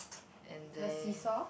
and then